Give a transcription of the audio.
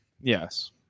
Yes